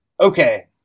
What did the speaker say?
okay